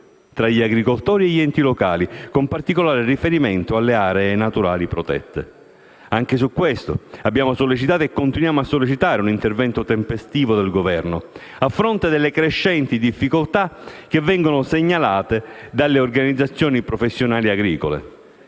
fra gli agricoltori e gli enti locali, con particolare riferimento alle aree naturali protette. Anche su questo abbiamo sollecitato e continuiamo a sollecitare un intervento tempestivo del Governo, a fronte delle crescenti difficoltà che vengono segnalate dalle organizzazioni professionali agricole,